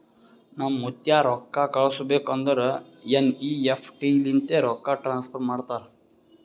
ನಮ್ ಮುತ್ತ್ಯಾ ರೊಕ್ಕಾ ಕಳುಸ್ಬೇಕ್ ಅಂದುರ್ ಎನ್.ಈ.ಎಫ್.ಟಿ ಲಿಂತೆ ರೊಕ್ಕಾ ಟ್ರಾನ್ಸಫರ್ ಮಾಡ್ತಾರ್